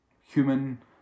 human